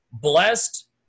blessed